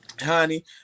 honey